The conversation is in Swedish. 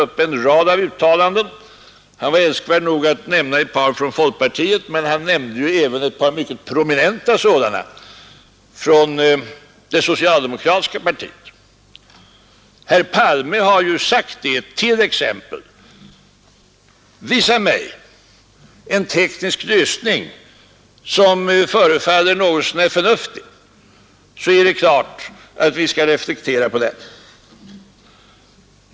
Herr Hörberg var älskvärd nog att nämna ett par från folkpartihåll, men han nämnde även ett par yttranden av mycket prominenta företrädare för det socialdemokratiska partiet. Herr Palme har sagt att om man visar en teknisk lösning som förefaller något så när förnuftig, så är det klart att han skall reflektera på den.